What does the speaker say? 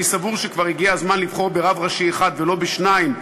אני סבור שכבר הגיע הזמן לבחור ברב ראשי אחד ולא בשניים.